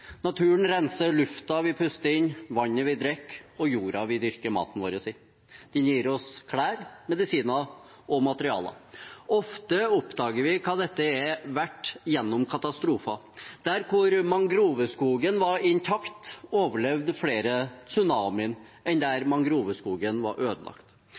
Naturen renser lufta vi puster inn, vannet vi drikker, og jorda vi dyrker maten vår i. Den gir oss klær, medisiner og materialer. Ofte oppdager vi hva dette er verdt gjennom katastrofer. Der mangroveskogen var intakt, overlevde flere tsunamien enn der mangroveskogen var ødelagt.